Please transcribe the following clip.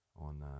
on